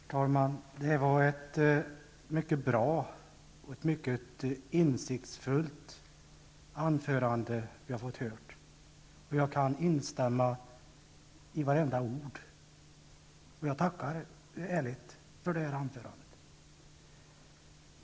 Herr talman! Det var ett mycket bra, mycket insiktsfullt anförande som vi har hört. Jag kan instämma i vartenda ord. Jag tackar ärligt för det anförandet.